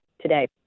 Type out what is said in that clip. today